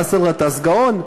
שבאסל גטאס גאון.